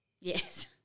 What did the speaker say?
Yes